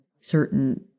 certain